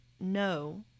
no